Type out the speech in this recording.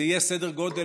זה יהיה סדר גודל,